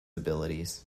abilities